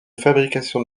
fabrication